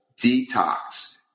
detox